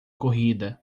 corrida